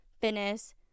fitness